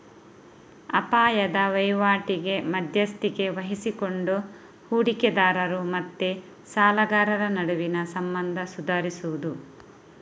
ಅಪಾಯದ ವೈವಾಟಿಗೆ ಮಧ್ಯಸ್ಥಿಕೆ ವಹಿಸಿಕೊಂಡು ಹೂಡಿಕೆದಾರರು ಮತ್ತೆ ಸಾಲಗಾರರ ನಡುವಿನ ಸಂಬಂಧ ಸುಧಾರಿಸುದು